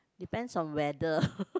depends on weather